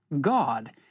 God